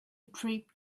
trip